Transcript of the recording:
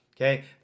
Okay